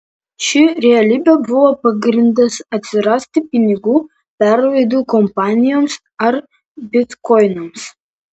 ši realybė buvo pagrindas atsirasti pinigų perlaidų kompanijoms ar bitkoinams